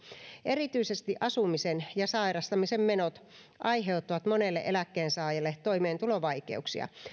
erityisesti asumisen ja sairastamisen menot aiheuttavat monelle eläkkeensaajalle toimeentulovaikeuksia